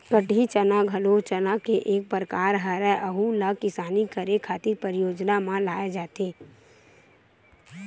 कटही चना घलो चना के एक परकार हरय, अहूँ ला किसानी करे खातिर परियोग म लाये जाथे